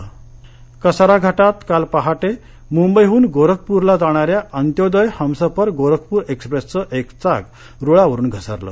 अपघात नाशिक कसारा घाटात काल पहाटे मुंबईहून गोरखपुरला जाणार्याअ अंत्योदय हमसफर गोरखपूर एक्सप्रेसचं एक चाक रुळावरून घसरलं